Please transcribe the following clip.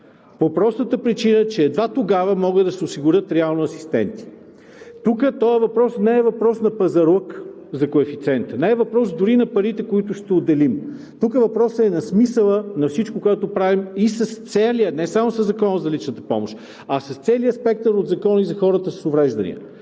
по простата причина, че едва тогава могат да се осигурят реално асистенти. Тук този въпрос не е на пазарлък за коефициента, не е въпрос дори и на парите, които ще отделим, тук въпросът е за смисъла на всичко, което правим и с целия, не само със Закона за личната помощ, а с целия спектър от закони за хората с увреждания.